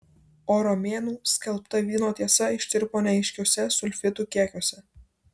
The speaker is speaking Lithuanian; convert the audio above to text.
o romėnų skelbta vyno tiesa ištirpo neaiškiuose sulfitų kiekiuose